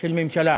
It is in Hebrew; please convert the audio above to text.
של ממשלה,